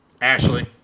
Ashley